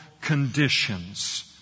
conditions